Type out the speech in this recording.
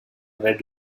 red